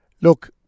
look